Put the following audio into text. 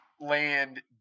land